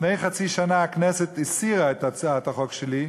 לפני חצי שנה הכנסת הסירה את הצעת החוק שלי,